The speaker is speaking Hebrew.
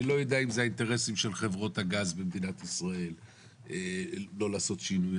אני לא יודע אם זה האינטרסים של חברות הגז במדינת ישראל לא לעשות שינוי,